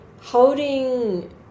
holding